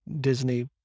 disney